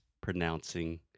pronouncing